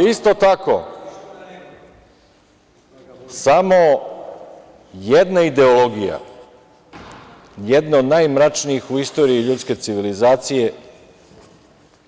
Isto tako, samo jedna ideologija, jedna od najmračnijih u istoriji ljudske civilizacije